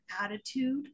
attitude